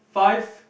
five